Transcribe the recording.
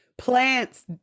plants